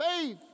faith